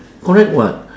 correct [what]